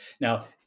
Now